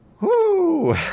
Woo